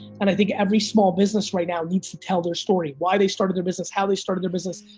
and i think every small business right now needs to tell their story. why they started their business, how they started their business.